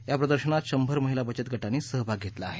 या प्रदर्शनात शंभर महिला बचत गटांनी सहभाग घेतला आहे